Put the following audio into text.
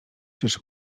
czyż